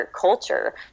culture